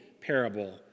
parable